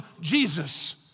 Jesus